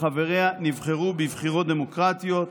וחבריה נבחרו בבחירות דמוקרטיות.